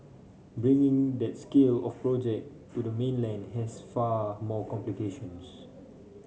bringing that scale of project to the mainland has far more complications